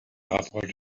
rapproche